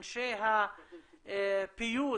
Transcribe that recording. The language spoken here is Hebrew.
אנשי הפיוס